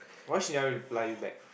why she never reply you back